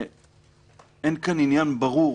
אין כאן עניין ברור